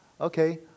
Okay